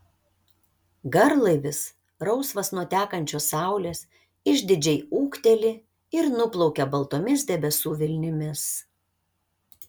garlaivis rausvas nuo tekančios saulės išdidžiai ūkteli ir nuplaukia baltomis debesų vilnimis